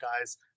guys